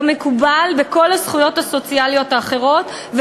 כמקובל בכל הזכויות הסוציאליות האחרות,